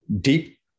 deep